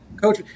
Coach